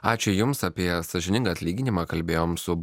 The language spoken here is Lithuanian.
ačiū jums apie sąžiningą atlyginimą kalbėjome su